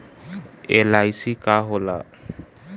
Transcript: LIC का होला?